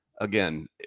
again